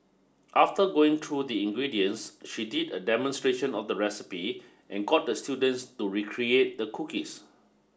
after going true the ingredients she did a demonstration of the recipe and got the students to recreate the cookies